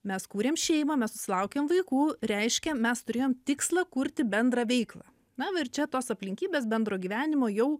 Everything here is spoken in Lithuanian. mes kūrėm šeimą mes susilaukėm vaikų reiškia mes turėjom tikslą kurti bendrą veiklą na va ir čia tos aplinkybės bendro gyvenimo jau